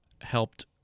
helped